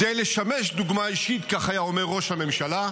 כדי לשמש דוגמה אישית, כך היה אומר ראש הממשלה,